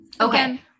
Okay